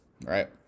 right